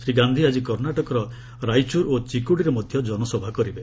ଶ୍ରୀ ଗାନ୍ଧୀ ଆଜି କର୍ଣ୍ଣାଟକର ରାଇଚୁର ଓ ଚିକୋଡିରେ ମଧ୍ୟ କନସଭା କରିବେ